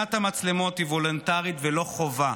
התקנת המצלמות היא וולונטרית ולא חובה.